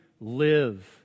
live